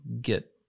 get